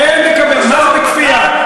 מה זה בכפייה?